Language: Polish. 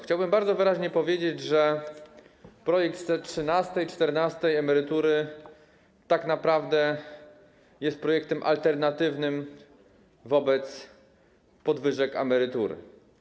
Chciałbym bardzo wyraźnie powiedzieć, że projekt trzynastej, czternastej emerytury tak naprawdę jest projektem alternatywnym wobec podwyżek emerytury.